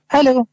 Hello